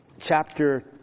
chapter